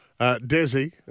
Desi